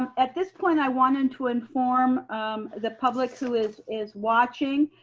at this point i wanted to inform the public who is is watching.